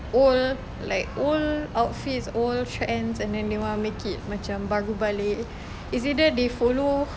old like old outfits old trends and then they want to make it macam baru balik it's either they follow